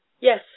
Yes